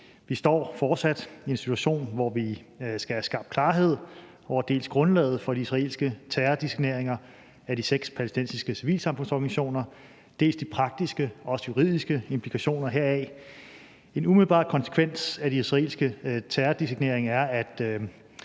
Vi står fortsat i en situation, hvor vi skal skaffe klarhed over dels grundlaget for de israelske terrordesigneringer af de seks palæstinensiske civilsamfundsorganisationer, dels de praktiske og også juridiske implikationer heraf. En umiddelbar konsekvens af den israelske terrordesignering er, at